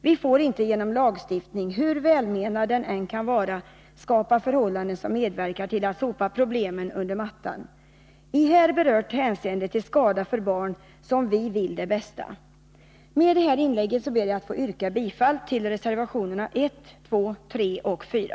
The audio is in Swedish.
Vi får inte genom lagstiftning — hur välmenad den än kan vara — skapa förhållanden som medverkar till att sopa problemen under mattan, i här berört hänseende till skada för barn som vi vill det bästa. Med detta inlägg ber jag att få yrka bifall till reservationerna 1, 2, 3 och 4.